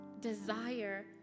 desire